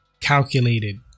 calculated